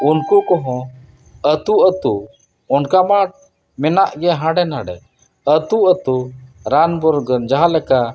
ᱩᱱᱠᱩ ᱠᱚ ᱦᱚᱸ ᱟᱹᱛᱩ ᱟᱹᱛᱩ ᱚᱱᱠᱟᱢᱟ ᱢᱮᱱᱟᱜ ᱜᱮᱭᱟ ᱦᱟᱸᱰᱮ ᱱᱟᱰᱮ ᱟᱹᱛᱩ ᱟᱹᱛᱩ ᱨᱟᱱ ᱢᱩᱨᱜᱟᱹᱱ ᱡᱟᱦᱟᱸ ᱞᱮᱠᱟ